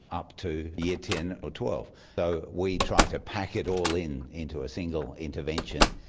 up to year ten or twelve. so we try to pack it all in into a single intervention.